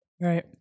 Right